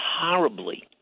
horribly